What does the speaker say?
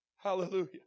Hallelujah